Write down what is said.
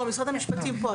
לא, משרד המשפטים פה.